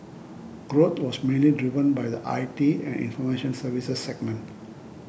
growth was mainly driven by the I T and information services segment